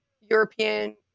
European